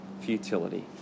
Futility